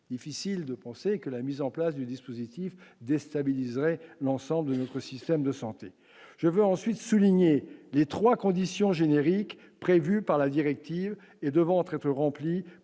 difficile de penser que la mise en place du dispositif déstabiliserait l'ensemble de notre système de santé je veux ensuite souligné les 3 conditions générique par la directive et devant entrer autre